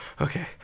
Okay